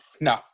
No